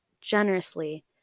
generously